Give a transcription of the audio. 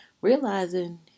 realizing